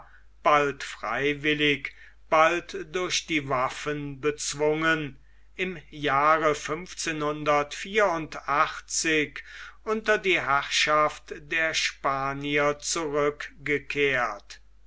bald freiwillig bald durch die waffen bezwungen im jahre unter die herrschaft der spanier zurückgekehrt